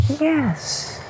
Yes